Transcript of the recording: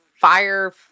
Fire